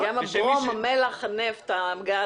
נחלק גם את הברום, הנפט, הגז